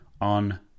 on